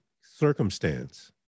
circumstance